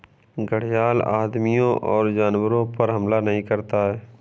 घड़ियाल आदमियों और जानवरों पर हमला नहीं करता है